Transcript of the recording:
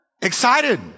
Excited